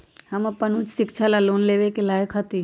हम अपन उच्च शिक्षा ला लोन लेवे के लायक हती?